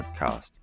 podcast